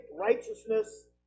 righteousness